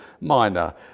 minor